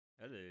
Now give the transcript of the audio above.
Hello